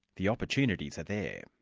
the opportunities are there.